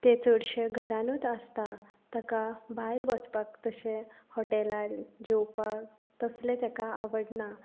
तें चडशें घरांनूच आसता ताका भायर वचपाक तशें हॉटेलार जेवपाक तसलें ताका आवडना